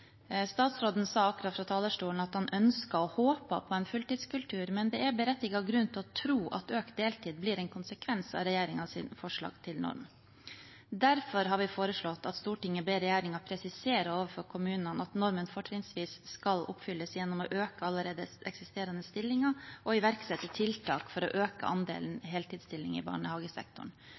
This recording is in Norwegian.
Statsråden sa akkurat fra talerstolen at han ønsket og håpet på en fulltidskultur, men det er berettiget grunn til å tro at økt deltid blir en konsekvens av regjeringens forslag til norm. Derfor har vi foreslått at Stortinget ber regjeringen presisere overfor kommunene at normen fortrinnsvis skal oppfylles gjennom å øke allerede eksisterende stillinger, og iverksette tiltak for å øke andelen heltidsstillinger i barnehagesektoren.